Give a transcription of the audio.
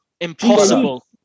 Impossible